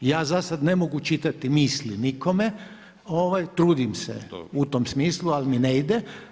Ja zasad ne mogu čitati misli nikome, trudim se u tom smislu ali mi ne ide.